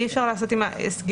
אי-אפשר לעשות סגירות,